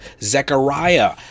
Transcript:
Zechariah